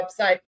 website